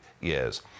years